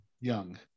Young